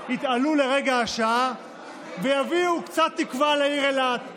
יתעלו לגודל השעה ויביאו קצת תקווה לעיר אילת,